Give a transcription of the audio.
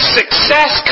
success